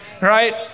right